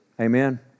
Amen